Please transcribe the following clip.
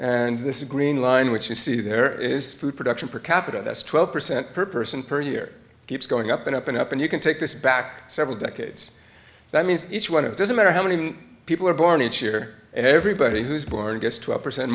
is green line which you see there is food production per capita that's twelve percent per person per year keeps going up and up and up and you can take this back several decades that means each one it doesn't matter how many people are born each year and everybody who's born gets twelve percent